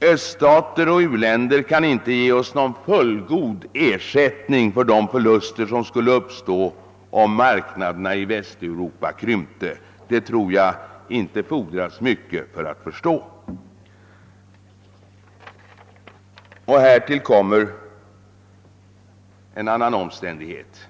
Öststater och u-länder kan inte ge oss någon fullgod ersättning för de förluster som skulle uppstå om marknaden i Västeuropa krympte — det tror jag inte fordras mycket för att förstå. Härtill kommer en annan omständighet.